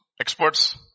experts